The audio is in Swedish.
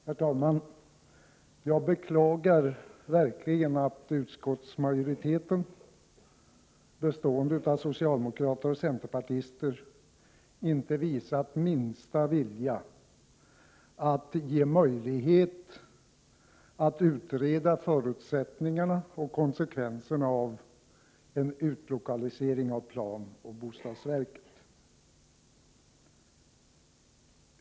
Herr talman! Jag beklagar verkligen att utskottsmajoriteten bestående av socialdemokrater och centerpartister inte visat minsta vilja att ge möjlighet att utreda förutsättningarna och konsekvenserna av en utlokalisering av planoch bostadsverket.